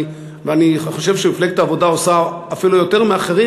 ואני חושב שמפלגת העבודה עושה אפילו יותר מאחרים,